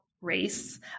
Race